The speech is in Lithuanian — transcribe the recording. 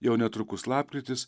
jau netrukus lapkritis